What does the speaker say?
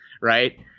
right